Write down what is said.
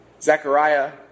Zechariah